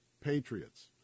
patriots